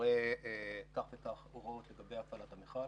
שמורה כך וכך הוראות לגבי הפעלת המכל,